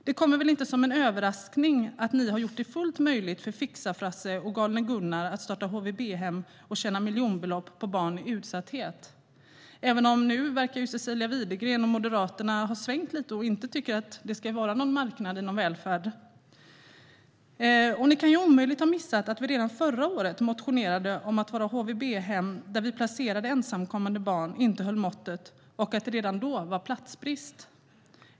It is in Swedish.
Det kommer väl inte som en överraskning att ni har gjort det fullt möjligt för fixar-Frasse och galne Gunnar att starta HVB-hem och tjäna miljonbelopp på barn i utsatthet, även om Cecilia Widegren och Moderaterna nu verkar ha svängt lite och inte tycker att det ska vara någon marknad inom välfärden. Ni kan ju omöjligt ha missat att vi redan förra året motionerade om att våra HVB-hem, där vi placerade ensamkommande barn, inte höll måttet och att det redan då var platsbrist.